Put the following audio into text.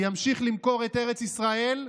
הוא ימשיך למכור את ארץ ישראל,